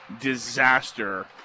disaster